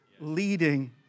leading